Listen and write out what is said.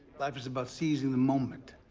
life is about seizing the moment,